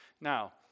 Now